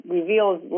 reveals